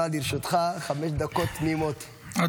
חמש דקות תמימות לרשותך, בבקשה.